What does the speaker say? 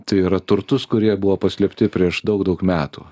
tai yra turtus kurie buvo paslėpti prieš daug daug metų